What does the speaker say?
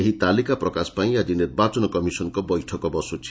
ଏହି ତାଲିକା ପ୍ରକାଶ ନେଇ ଆଜି ନିର୍ବାଚନ କମିଶନଙ୍କ ବୈଠକ ବସୁଛି